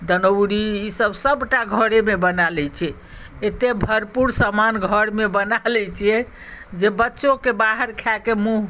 दनौरी ईसभ सभटा घरेमे बना लैत छियै एतेक भरपूर सामान घरमे बना लैत छियै जे बच्चोके बाहर खायके मुँह